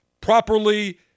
properly